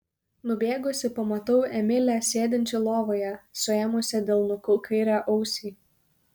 nubėgusi pamatau emilę sėdinčią lovoje suėmusią delnuku kairę ausį